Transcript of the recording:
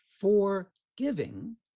forgiving